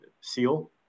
SEAL